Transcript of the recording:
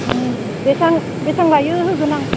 बेसेबां बेसेबां लायो होगोन आं